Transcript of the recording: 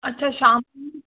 अच्छा शा